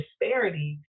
disparities